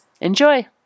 Enjoy